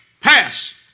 pass